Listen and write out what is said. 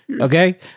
Okay